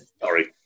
Sorry